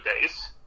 days